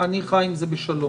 אני חי עם זה בשלום.